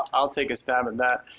um i'll take a stab on that.